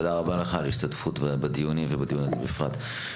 תודה לך על השתתפותך בדיונים, ובדיון הזה בפרט.